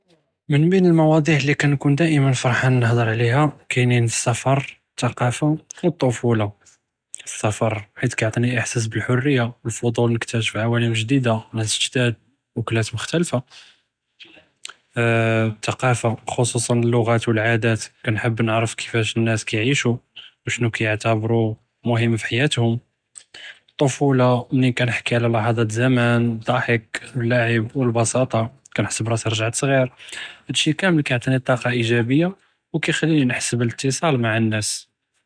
מן בין אלמֻוָדות אללי כנקוּן דימא פרחאן עליהא היא אלסفر חית כיעְטיני אחְסאס בּאלחֻריה, אלפָדוּל באש נקטאשף עוָאלם ג'דידה, אֻקלַאת מֻختליפה, תֻקפה חֻצוסאן אללֻגות ו אלעַדאת, כנתחבּ נַעְרֵף נאס כיפאש כיעישו, אלטפולָה מןין כנהְכּי עלא לְחַדַאת זמן, אלדּחַק ו אלבסיטה, כִנחס בְּרַאסִי רָגְעַת סְג'יר, האד שּכּל כיעְטיני טַאקּה אִיג'אבִיה ו כיחַלִינִי נַחְס אליתִּصال מע אלנאס.